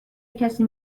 کسی